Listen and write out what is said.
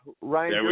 Ryan